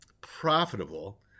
profitable